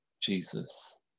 Jesus